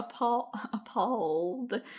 appalled